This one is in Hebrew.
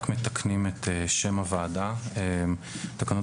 מתקנים את שם הוועדה כך שייכתב: תקנות